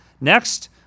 Next